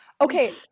Okay